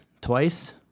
twice